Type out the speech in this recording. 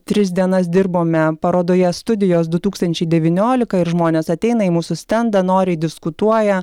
tris dienas dirbome parodoje studijos du tūkstančiai devyniolika ir žmonės ateina į mūsų stendą noriai diskutuoja